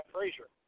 Frazier